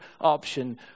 option